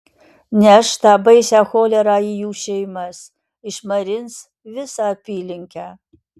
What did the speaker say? neš tą baisią cholerą į jų šeimas išmarins visą apylinkę